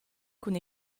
cun